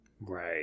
Right